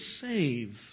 save